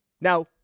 Now